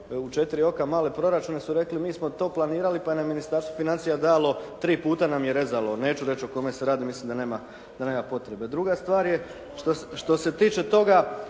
u četiri oka male proračune su rekli mi smo to planirali pa nam je Ministarstvo financija dalo, tri puta nam je rezalo. Neću reći o kome se radi, mislim da nema potrebe. Druga stvar je što se tiče toga,